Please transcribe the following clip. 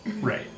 Right